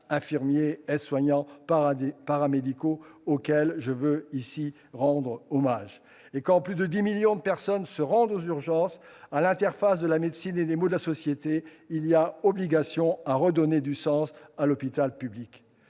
personnels paramédicaux -auquel je rends hommage. Quand, chaque année, plus de dix millions de personnes se rendent aux urgences, à l'interface de la médecine et des maux de la société, il y a obligation à redonner du sens à l'hôpital public.